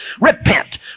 Repent